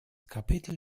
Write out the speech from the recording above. kapitel